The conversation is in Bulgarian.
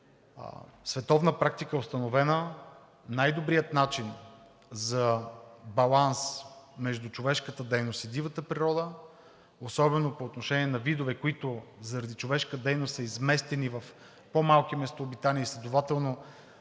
световна практика, установена, най-добрият начин за баланс между човешката дейност и дивата природа, особено по отношение на видове, които заради човешка дейност са изместени в по-малки местообитания и следователно